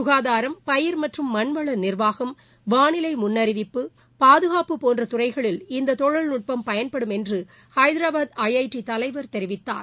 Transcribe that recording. சுகாதாரம் பயறு மற்றும் மண்வள நிர்வாகம் வானிலை முன்னறிவிப்பு பாதுகாப்பு போன்ற துறைகளில் இந்த தொழில்நுட்பம் பயன்படும் என்று ஹைதராபாத் ஐ ஐ டி தலைவர் தெரிவித்தார்